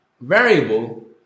variable